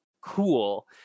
cool